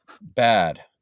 bad